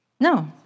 No